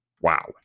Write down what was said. wow